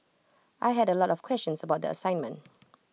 I had A lot of questions about the assignment